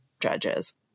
judges